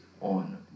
on